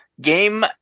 game